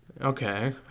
Okay